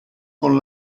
con